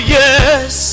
yes